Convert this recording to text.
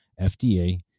FDA